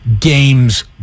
game's